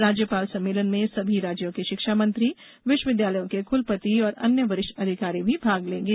राज्यपाल सम्मेलन में सभी राज्यों के शिक्षा मंत्री विश्वविद्यालयों के क्लपति और अन्य वरिष्ठ अधिकारी भी भाग लेंगे